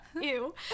ew